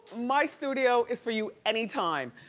my studio is for you anytime.